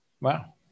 wow